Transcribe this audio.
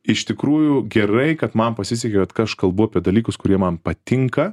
iš tikrųjų gerai kad man pasisekė vat ką aš kalbu apie dalykus kurie man patinka